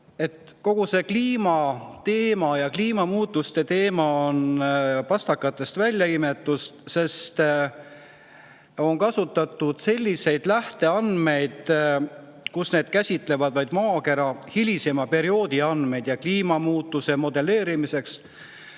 kogu see kliimateema ja kliimamuutuste teema on pastakast välja imetud. On kasutatud selliseid lähteandmeid, mis käsitlevad vaid maakera hilisemat perioodi, ja kliimamuutuse modelleerimine